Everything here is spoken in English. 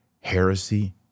heresy